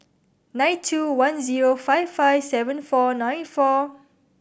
nine two one zero five five seven four nine four